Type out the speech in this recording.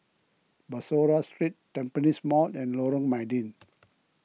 Bussorah Street Tampines Mall and Lorong Mydin